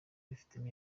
bifitemo